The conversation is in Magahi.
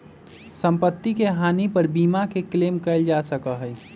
सम्पत्ति के हानि पर बीमा के क्लेम कइल जा सका हई